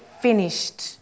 finished